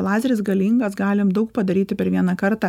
lazeris galingas galim daug padaryti per vieną kartą